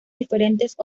diferentes